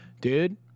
Dude